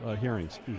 hearings